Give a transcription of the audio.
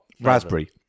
Raspberry